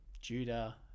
Judah